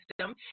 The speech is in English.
system